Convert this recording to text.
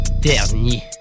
dernier